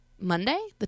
monday